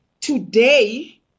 today